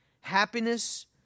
happiness